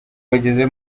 bageze